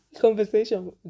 Conversation